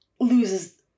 loses